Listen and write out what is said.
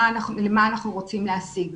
מה אנחנו רוצים להשיג.